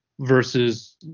versus